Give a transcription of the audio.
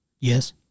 yes